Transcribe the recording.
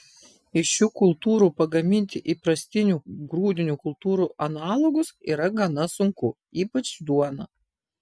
iš šių kultūrų pagaminti įprastinių grūdinių kultūrų analogus yra gana sunku ypač duoną